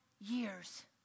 years